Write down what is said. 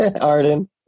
Arden